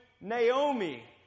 Naomi